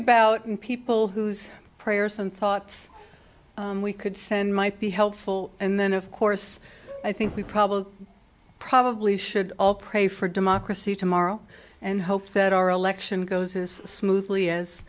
and people whose prayers and thought we could send might be helpful and then of course i think we probably probably should all pray for democracy tomorrow and hope that our election goes as smoothly as